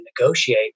negotiate